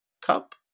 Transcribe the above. Cup